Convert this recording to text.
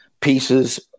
pieces